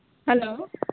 hello